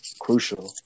crucial